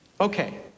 Okay